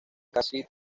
casi